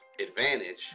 advantage